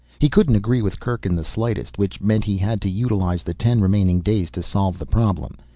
he couldn't agree with kerk in the slightest which meant he had to utilize the ten remaining days to solve the problem.